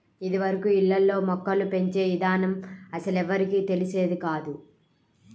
ఇదివరకు ఇళ్ళల్లో మొక్కలు పెంచే ఇదానం అస్సలెవ్వరికీ తెలిసేది కాదు